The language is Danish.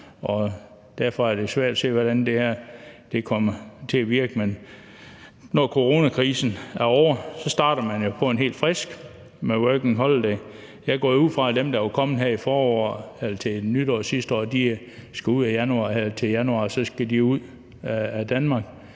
derfor er det svært at se, hvordan det kommer til at virke, men når coronakrisen er ovre, starter man jo på en frisk med working holiday. Jeg går jo ud fra, at dem, der var kommet her til nytår sidste år, skal ud her til januar ud af Danmark.